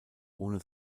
ohne